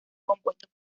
compuestos